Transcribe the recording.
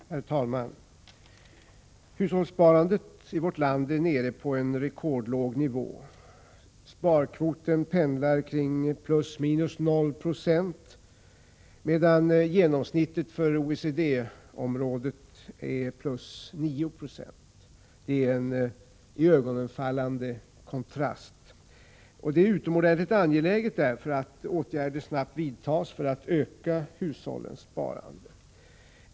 Herr talman! Hushållssparandet i vårt land är nere på en rekordlåg nivå. Sparkvoten pendlar kring 0 26, medan genomsnittet för OECD-området är 9 20. Det är en iögonfallande kontrast. Det är därför utomordentligt angeläget att åtgärder snabbt vidtas för att öka hushållens sparande.